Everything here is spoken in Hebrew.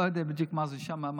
לא יודע בדיוק מה זה שם,